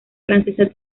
francesa